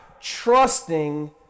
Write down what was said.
trusting